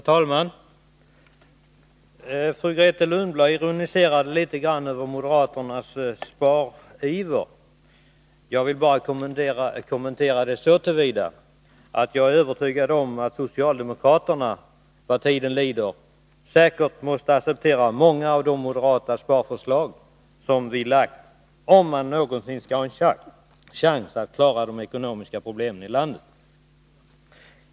Herr talman! Fru Grethe Lundblad ironiserade litet grand över moderaternas spariver. Jag vill bara kommentera det så till vida att jag är övertygad om att socialdemokraterna vad tiden lider säkerligen måste acceptera många av de moderata sparförslag som vi lagt fram, om vi någonsin skall ha en chans att klara de ekonomiska problemen i landet. Herr talman!